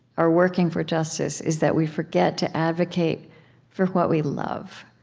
or working for justice, is that we forget to advocate for what we love,